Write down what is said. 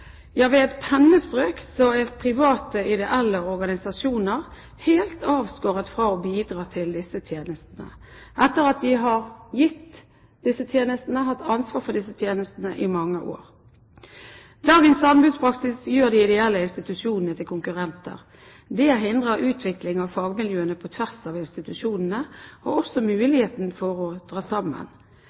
Ja, med et pennestrøk er private ideelle organisasjoner helt avskåret fra å bidra til disse tjenestene – etter at de har gitt disse tjenestene, har hatt ansvar for disse tjenestene i mange år. Dagens anbudspraksis gjør de ideelle institusjonene til konkurrenter. Det hindrer utvikling av fagmiljøene på tvers av institusjonene, og også muligheten til å dra sammen.